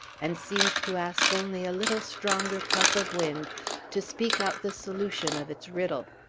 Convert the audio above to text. and seemed to ask only a little stronger puff of wind to speak out the solution of its riddle.